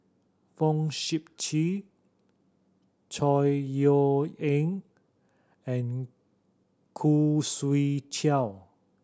Fong Sip Chee Chor Yeok Eng and Khoo Swee Chiow